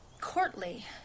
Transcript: courtly